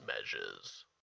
measures